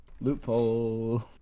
Loophole